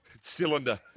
Cylinder